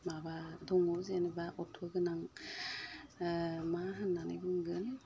माबा दङ जेनेबा अर्थ गोनां ओ मा होननानै बुंगोन